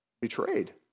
betrayed